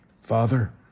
Father